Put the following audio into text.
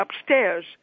upstairs